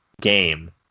game